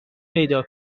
پیدا